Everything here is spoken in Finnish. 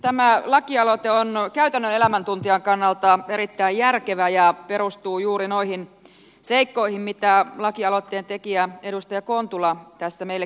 tämä lakialoite on käytännön elämän tuntijan kannalta erittäin järkevä ja perustuu juuri noihin seikkoihin mistä lakialoitteen tekijä edustaja kontula tässä meille kertoi